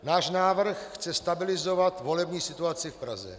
Náš návrh chce stabilizovat volební situaci v Praze.